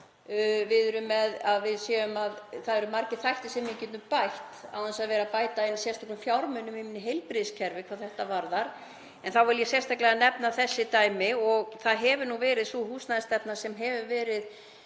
Það eru margir þættir sem við getum bætt án þess að bæta inn sérstökum fjármunum í heilbrigðiskerfið hvað þetta varðar. En þá vil ég sérstaklega nefna þessi dæmi og það hefur nú verið í þeirri húsnæðisstefnu sem hefur verið